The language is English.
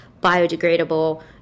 biodegradable